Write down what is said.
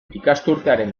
ikasturtearen